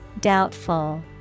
Doubtful